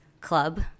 Club